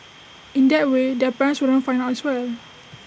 in that way their parents wouldn't find out as well